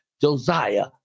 Josiah